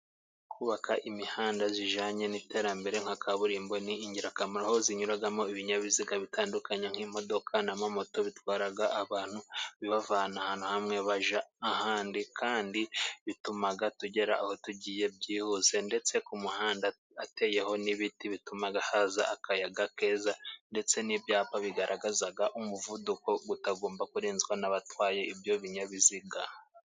Kubaka imihanda ijyanye n'iterambere nka kaburimbo ni ingirakamaro, inyuramo ibinyabiziga bitandukanye nk'imodoka na moto bitwara abantu bibavana ahantu hamwe bajya ahandi, kandi bituma tugera aho tugiye byihuse, ndetse ku muhanda hateyeho n'ibiti bituma haza akayaga keza, ndetse n'ibyapa bigaragaza umuvuduko utagomba kurenzwa n'abatwaye ibyo binyabiziga.